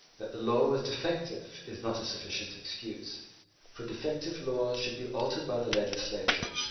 that the law was defective is not a sufficient excuse for defective laws should be altered by the legislature,